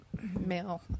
male